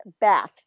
bath